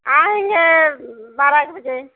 आएंगे बारह एक बजे